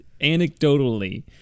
anecdotally